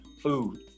food